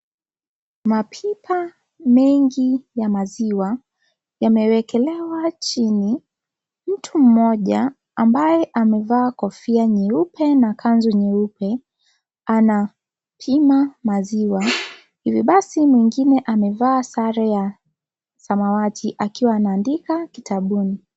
Mapipa mengi ya maziwa imeekelewa chini, mtu mmoja ambaye amevaa kofia nyeupe na kanzu nyeupe anapoma maziwa, hivo basi mwingine amevaa sare ya samawati akiwa anaandika kitabuni.